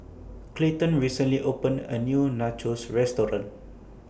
Clayton recently opened A New Nachos Restaurant